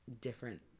different